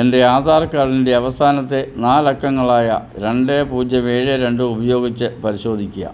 എൻ്റെ ആധാർ കാഡിൻ്റെ അവസാനത്തെ നാലക്കങ്ങളായ രണ്ട് പൂജ്യം ഏഴ് രണ്ടും ഉപയോഗിച്ച് പരിശോധിക്കുക